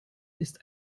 ist